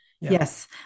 Yes